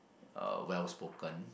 uh well spoken